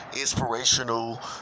inspirational